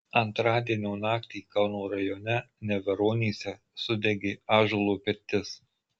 antradienio naktį kauno rajone neveronyse sudegė ąžuolo pirtis